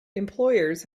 employers